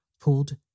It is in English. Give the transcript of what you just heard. pulled